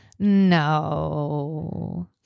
no